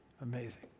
Amazing